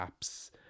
apps